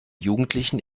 jugendlichen